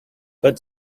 but